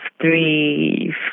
three